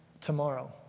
tomorrow